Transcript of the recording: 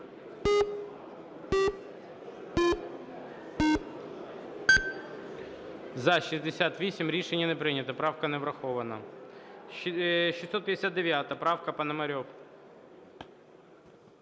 За-68 Рішення не прийнято. Правка не врахована. 659 правка, Пономарьов.